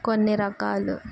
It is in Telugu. కొన్ని రకాలు